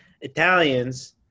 Italians